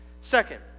Second